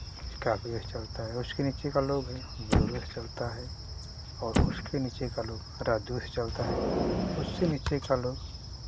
Scorpio से चलता है उससे नीचे का लोग है बोलेरो से चलता है और उसके नीचे का लोग राज़दूत से चलता है उससे नीचे का लोग